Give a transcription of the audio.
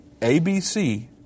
ABC